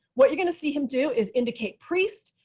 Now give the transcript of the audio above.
what you're going to see him do is indicate priest,